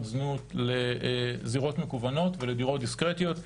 זנות לזירות מקוונות ולדירות דיסקרטיות,